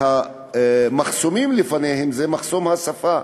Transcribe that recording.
והמחסומים בפניהם הם מחסום השפה,